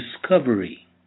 discovery